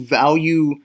value